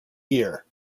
ear